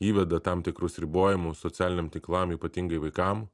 įveda tam tikrus ribojimus socialiniam tinklam ypatingai vaikam